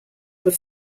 were